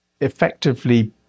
effectively